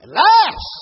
Alas